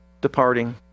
departing